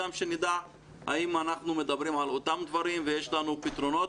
כך נדע האם אנחנו מדברים על אותם דברים והאם יש לנו פתרונות